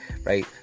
Right